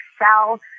Excel